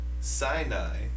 Sinai